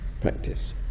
practice